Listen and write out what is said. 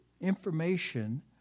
information